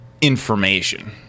information